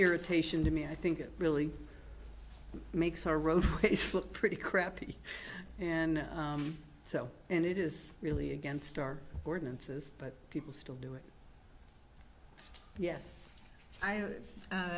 irritation to me i think it really makes our roads look pretty crappy and so and it is really against our ordinances but people still do it yes i a